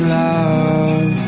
love